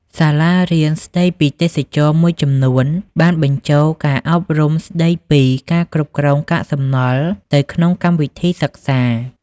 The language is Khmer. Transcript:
សាលារៀនស្តីពីទេសចរណ៍មួយចំនួនបានបញ្ចូលការអប់រំស្តីពីការគ្រប់គ្រងកាកសំណល់ទៅក្នុងកម្មវិធីសិក្សា។